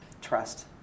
Trust